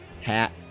hat